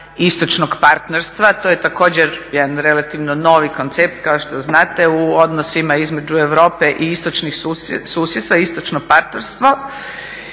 istočnog partnerstva. To je također jedan relativno novi koncept kao što znate u odnosima između Europe i istočnih, susjedstva, istočno partnerstvo.